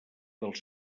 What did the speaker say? dels